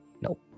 nope